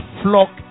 flock